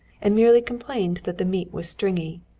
and merely complained that the meat was stringy.